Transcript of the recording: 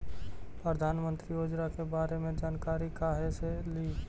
प्रधानमंत्री योजना के बारे मे जानकारी काहे से ली?